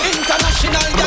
International